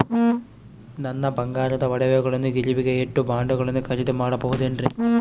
ನನ್ನ ಬಂಗಾರದ ಒಡವೆಗಳನ್ನ ಗಿರಿವಿಗೆ ಇಟ್ಟು ಬಾಂಡುಗಳನ್ನ ಖರೇದಿ ಮಾಡಬಹುದೇನ್ರಿ?